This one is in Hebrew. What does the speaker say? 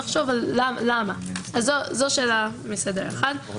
הוא רק יגרום לך נזק כי לעולם בעתיד לא תוכל להילחם